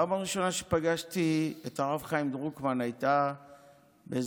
הפעם הראשונה שפגשתי את הרב חיים דרוקמן הייתה באזור